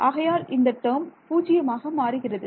ஆகையால் இந்த டேர்ம் பூஜ்யமாக மாறுகிறது